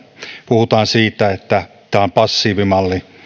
puhutaan siitä että tämä on passiivimalli